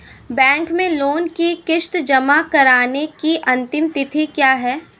Bank में loan की किश्त जमा कराने की अंतिम तिथि क्या है?